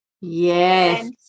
Yes